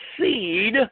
seed